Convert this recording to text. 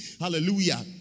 Hallelujah